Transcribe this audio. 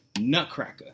nutcracker